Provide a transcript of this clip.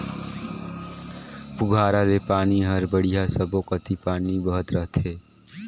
पुहारा ले पानी हर बड़िया सब्बो कति पानी बहत रथे